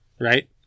Right